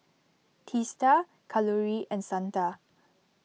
Teesta Kalluri and Santha